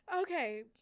okay